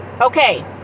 okay